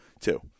two